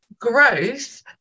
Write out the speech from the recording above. growth